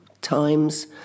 times